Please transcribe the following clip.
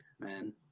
man